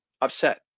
upset